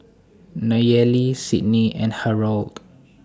Nayeli Sidney and Harrold